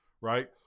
Right